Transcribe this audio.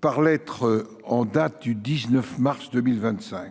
Par lettres en date du 19 mars 2025,